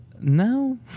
No